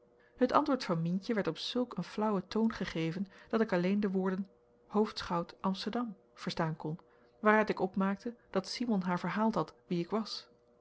het antwoord van mientje werd op zulk een flaauwen toon gegeven dat ik alleen de woorden hoofdschout amsterdam verstaan kon waaruit ik opmaakte dat simon haar verhaald had wie ik was